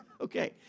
Okay